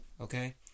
okay